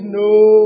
no